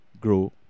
grow